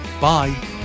bye